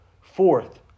Fourth